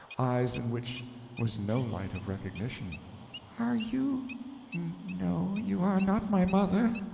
eyes in which was no light of recognition are you no, you are not my mother.